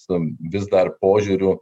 su vis dar požiūrių